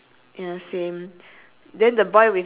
blue shoes blue pants green shirt